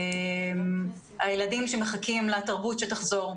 על הילדים שמחכים לתרבות שתחזור.